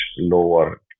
lower